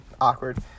Awkward